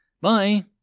Bye